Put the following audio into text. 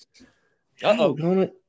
Uh-oh